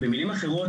במילים אחרות,